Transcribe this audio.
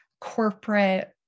corporate